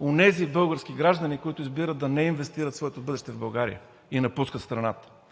онези български граждани, които избират да не инвестират своето бъдеще в България и напускат страната.